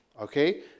Okay